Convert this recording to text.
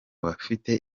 bafite